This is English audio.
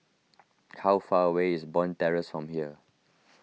how far away is Bond Terrace from here